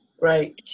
right